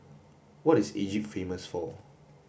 what is Egypt famous for